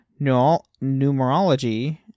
numerology